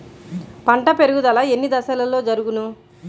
పంట పెరుగుదల ఎన్ని దశలలో జరుగును?